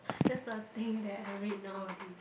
that's the thing that I read nowaday